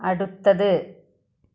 അടുത്തത്